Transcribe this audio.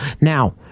Now